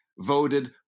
voted